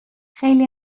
خیلی